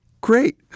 great